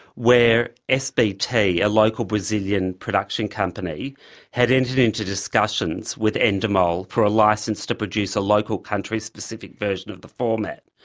where sbt, a local brazilian production company had entered into discussions with endemol for a licence to produce a local country's specific version of the format.